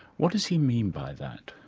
what does he mean by that?